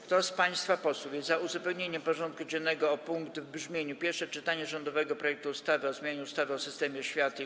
Kto z państwa posłów jest za uzupełnieniem porządku dziennego o punkt w brzmieniu: Pierwsze czytanie rządowego projektu ustawy o zmianie ustawy o systemie oświaty i